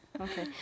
Okay